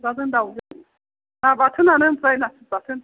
खुमब्राजों दाउजों ना बाथोनानो ओमफ्राय नाथुर बाथोन